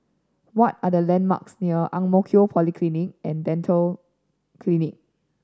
what are the landmarks near Ang Mo Kio Polyclinic and Dental Clinic